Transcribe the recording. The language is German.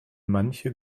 manche